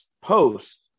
post